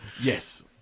Yes